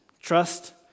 Trust